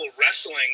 wrestling